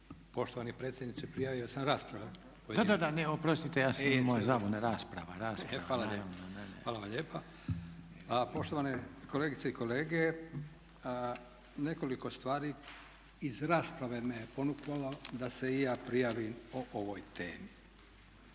Poštovani predsjedniče prijavio sam raspravu. …/Upadica predsjednik: Da, da. Ne, oprostite. Moja zabuna. Rasprava, naravno da./… Hvala vam lijepa. Poštovane kolegice i kolege, nekoliko stvari iz rasprave me je ponukalo da se i ja prijavim o ovoj temi.